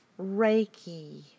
Reiki